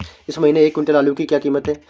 इस महीने एक क्विंटल आलू की क्या कीमत है?